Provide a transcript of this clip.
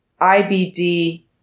ibd